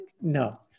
no